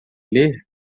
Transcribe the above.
ler